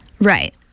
Right